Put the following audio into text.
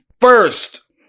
first